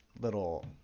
little